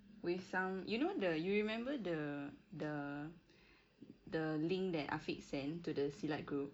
with some you know the you remember the the the link that afiq sent to the silat group